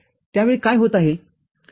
त्यावेळी काय होत आहे